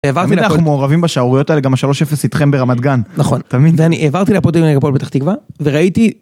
- העברתי להפו... אנחנו מעורבים בשערוריות האלה גם השלוש אפס איתכם ברמת גן. נכון, דני, אני העברתי להפו... תראה, הפועל פתח תקווה, וראיתי